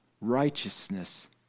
righteousness